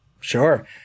Sure